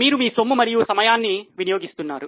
మీరు మీ సొమ్ము మరియు సమయాన్ని వినియోగిస్తున్నారు